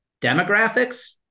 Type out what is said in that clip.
demographics